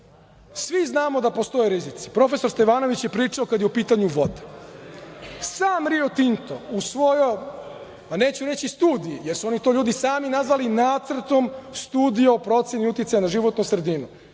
Svi znamo da postoje rizici. Profesor Stevanović je pričao kada je u pitanju voda. Sam Rio Tinto u svojoj neću reći studiji, jer su oni to sami nazvali Nacrtom studije o proceni uticaja na životnu sredinu.